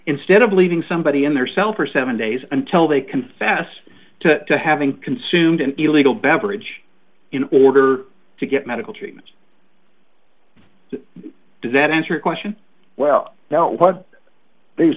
instead of leaving somebody in their cell for seven days until they confess to having consumed an illegal beverage in order to get medical treatment does that answer question well that what these